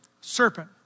serpent